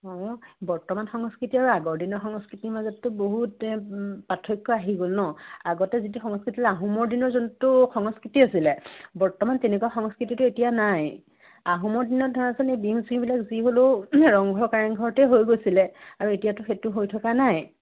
অঁ বৰ্তমান সংস্কৃতি আৰু আগৰ দিনৰ সংস্কৃতিৰ মাজততো বহুত পাৰ্থক্য আহি গ'ল ন আগতে যিটো সংস্কৃতি আছিলে আহোমৰ দিনৰ যোনটো সংস্কৃতি আছিলে বৰ্তমান তেনেকুৱা সংস্কৃতিটো এতিয়া নাই আহোমৰ দিনত ধৰাচোন এই বিহু চিহুবিলাক যি হ'লেও ৰংঘৰ কাৰেংঘৰতে হৈ গৈছিলে আৰু এতিয়াতো সেইটো হৈ থকা নাই